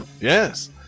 Yes